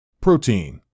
Protein